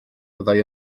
fyddai